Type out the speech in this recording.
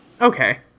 Okay